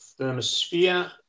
Thermosphere